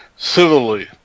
civilly